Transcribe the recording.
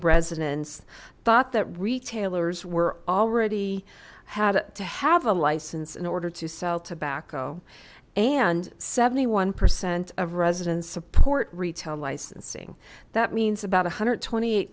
residents thought that retailers were already had to have a license in order to sell tobacco and seventy one percent of residents support retail licensing that means about a hundred twenty eight